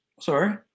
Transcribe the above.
Sorry